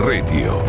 Radio